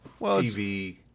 TV